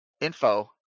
info